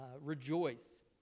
rejoice